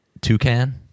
toucan